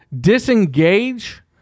disengage